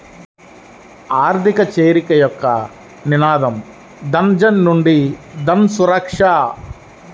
ఆర్థిక చేరిక యొక్క నినాదం జనధన్ నుండి జన్సురక్ష